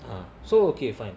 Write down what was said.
ah so okay fine